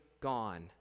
gone